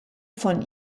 von